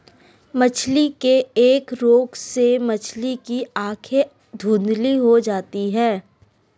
मछली के एक रोग से मछली की आंखें धुंधली हो जाती है